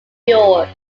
york